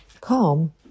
calm